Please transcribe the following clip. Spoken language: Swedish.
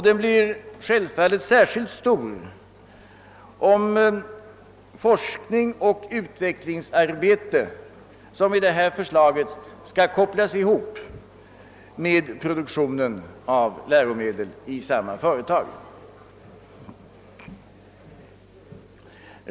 Den blir självfallet särskilt stor, om forskningsoch utvecklingsarbetet såsom enligt detta förslag skall kopplas ihop med produktionen av läromedel i samma företag.